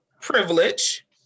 Privilege